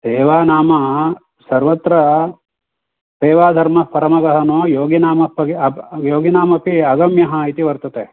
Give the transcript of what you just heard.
सेवा नाम सर्वत्र सेवाधर्मः परमगहनो योगिनामप्पगे अपि योगिनामपि अगम्यः इति वर्तते